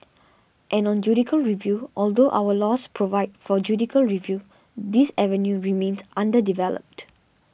and on judicial review although our laws provide for judicial review this avenue remains underdeveloped